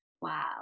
Wow